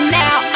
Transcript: now